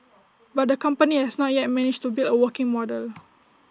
but the company has not yet managed to build A working model